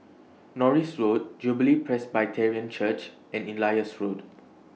Norris Road Jubilee Presbyterian Church and Elias Road